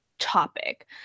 topic